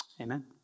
amen